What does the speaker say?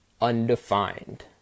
undefined